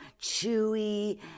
chewy